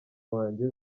wanjye